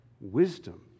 wisdom